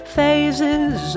Phases